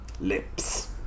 Lips